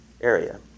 area